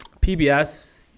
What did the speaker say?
pbs